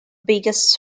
biggest